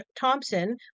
thompson